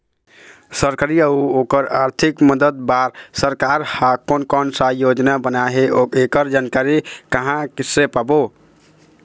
सरकारी अउ ओकर आरथिक मदद बार सरकार हा कोन कौन सा योजना बनाए हे ऐकर जानकारी कहां से पाबो?